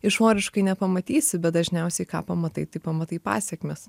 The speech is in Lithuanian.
išoriškai nepamatysi bet dažniausiai ką pamatai tai pamatai pasekmes